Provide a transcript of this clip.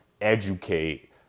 educate